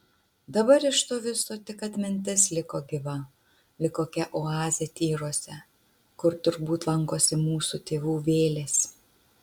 dabar iš to viso tik atmintis liko gyva lyg kokia oazė tyruose kur turbūt lankosi mūsų tėvų vėlės